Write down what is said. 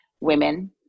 women